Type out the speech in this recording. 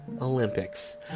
Olympics